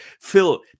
Phil